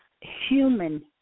human